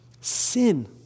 sin